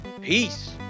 Peace